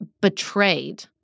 betrayed